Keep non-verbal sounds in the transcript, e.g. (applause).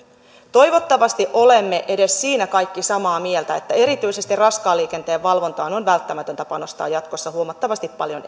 toivottavasti olemme edes siitä kaikki samaa mieltä että erityisesti raskaan liikenteen valvontaan on välttämätöntä panostaa jatkossa huomattavan paljon (unintelligible)